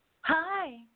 Hi